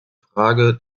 frage